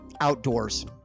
Outdoors